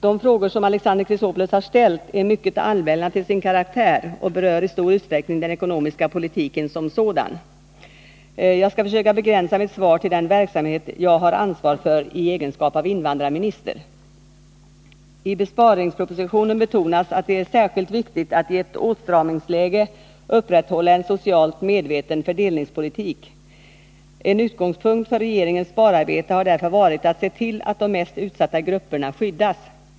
De frågor som Alexander Chrisopoulos har ställt är mycket allmänna till sin karaktär och berör i stor utsträckning den ekonomiska politiken som sådan. Jag skall försöka begränsa mitt svar till den verksamhet jag har ansvar för i egenskap av invandrarminister. I besparingspropositionen betonas att det är särskilt viktigt att i ett åtstramningsläge upprätthålla en socialt medveten fördelningspolitik. En utgångspunkt för regeringens spararbete har därför varit att se till att de mest utsatta grupperna skyddas.